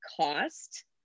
cost